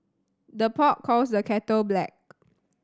the pot calls the kettle black